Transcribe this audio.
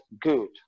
good